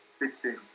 fixing